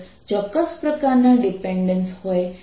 Vr σR0ln Rr છે r ≤ R માટે Vr0 છે